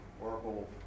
Oracle